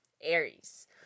Aries